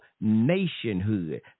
nationhood